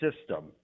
system